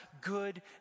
good